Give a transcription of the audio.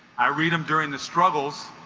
i read them during the struggles